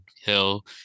Hill